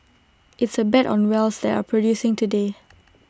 it's A bet on wells that are producing today